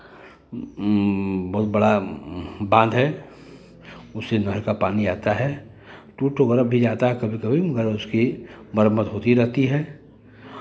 बहुत बड़ा बाँध है उससे नहर का पानी आता है टूट वगैरह भी जाता है कभी कभी मगर उसकी मरम्मत होती रहती है